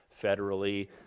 federally